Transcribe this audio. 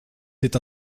c’est